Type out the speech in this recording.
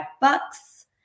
bucks